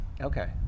Okay